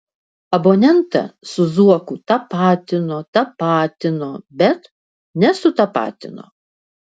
abonentą su zuoku tapatino tapatino bet nesutapatino